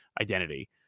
identity